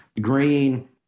green